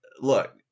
look